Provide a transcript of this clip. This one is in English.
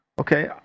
Okay